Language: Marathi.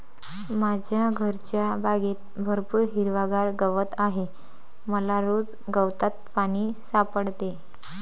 माझ्या घरच्या बागेत भरपूर हिरवागार गवत आहे मला रोज गवतात पाणी सापडते